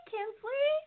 Kinsley